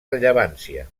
rellevància